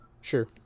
Sure